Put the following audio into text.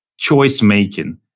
Choice-making